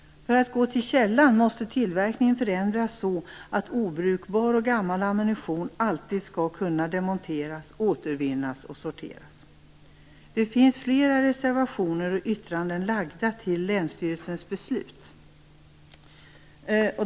För att gå till källan måste tillverkningen förändras så, att obrukbar och gammal ammunition alltid skall kunna demonteras, återvinnas och sorteras. Det finns flera reservationer och yttranden lagda till länsstyrelsens beslut.